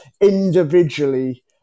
individually